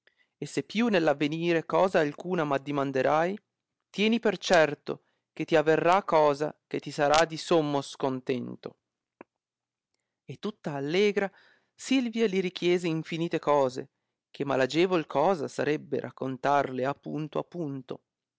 e se più nell'avenire cosa alcuna m addimanderai tieni per certo che ti averrà cosa che ti sarà di sommo scontento e tutta allegra silvia li richiese infinite cose che malagevol cosa sarebbe raccontarle a punto a punto